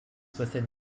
within